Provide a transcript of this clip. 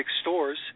stores